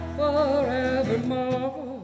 forevermore